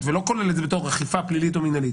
ולא כולל את זה בתור אכיפה פלילית או מנהלית.